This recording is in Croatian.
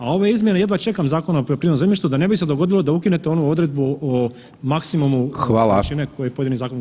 A ove izmjena jedva čekam Zakona o poljoprivrednom zemljištu da ne bi se dogodilo da ukinete onu odredbu o maksimumu [[Upadica: Hvala]] [[Govornik se ne razumije]] koji pojedini zakoni